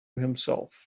himself